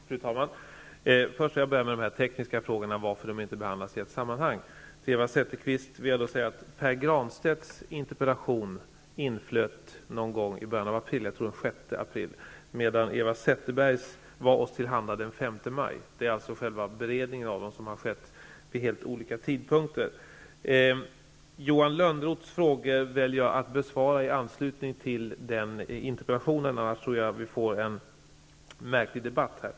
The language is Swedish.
Fru talman! Först skall jag nämna något om de tekniska frågorna när det gäller varför interpellationerna inte behandlas i ett sammanhang. Till Eva Zetterberg vill jag säga att Pär Granstedts interpellation lämnades in någon gång i början av april. Jag tror att det var den 6 april. Eva Zetterbergs interpellation var oss till handa den 5 maj. Beredningen av dessa interpellationer har alltså skett vid helt olika tidpunkter. Johan Lönnroths fråga väljer jag att besvara i anslutning till att jag besvarar Eva Zetterbergs interpellation, annars tror jag att vi får en märklig debatt här.